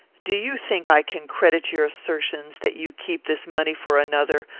do you think i can credit your assertions that you keep this money for another,